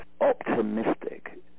optimistic